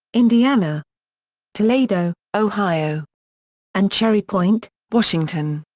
indiana toledo, ohio and cherry point, washington.